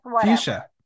Fuchsia